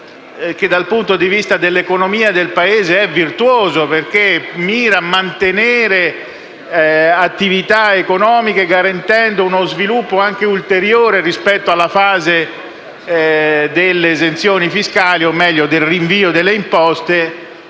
sé, dal punto di vista dell'economia del Paese, è virtuoso perché mira a mantenere delle attività economiche garantendo uno sviluppo anche ulteriore rispetto alla fase delle esenzioni fiscali, o meglio, del rinvio delle imposte,